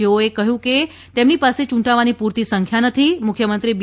તેઓએ કહ્યું હતું કે તેમની પાસે યૂંટાવાની પૂરતી સંખ્યા નથી મુખ્યમંત્રી બી